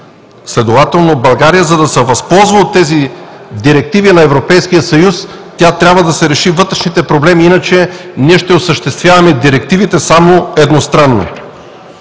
Следователно България, за да се възползва от тези директиви на Европейския съюз, тя трябва да си реши вътрешните проблеми, иначе ние ще осъществяваме директивите само едностранно.